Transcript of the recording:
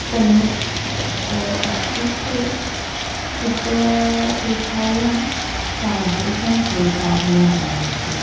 सम्यक् अस्ति चेत् चित्ररेखायां तादृशं क्लेशाः न भवन्ति